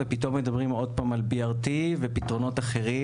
פתאום עוד פעם מדברים על B.R.T ועל פתרונות אחרים.